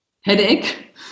headache